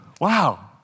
wow